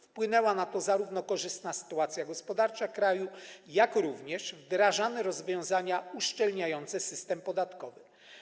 Wpłynęła na to zarówno korzystna sytuacja gospodarcza kraju, jak również wdrażane rozwiązania uszczelniające system podatkowy.